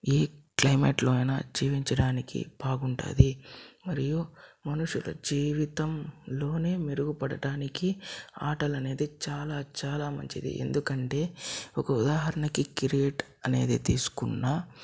ఏ climate లో అయిన జీవించడానికి బాగుంటుంది మరియు మనుషులు జీవితంలోనే మెరుగుపడటానికి ఆటలు అనేది చాలా చాలా మంచిది ఎందుకంటే ఒక ఉదాహరణకి కిరీట్ అనేది తీసుకున్నా